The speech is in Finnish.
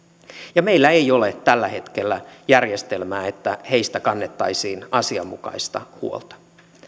ja meillä ei ole tällä hetkellä järjestelmää että heistä kannettaisiin asianmukaista huolta